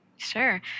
Sure